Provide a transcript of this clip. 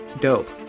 dope